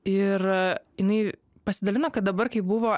ir jinai pasidalina kad dabar kai buvo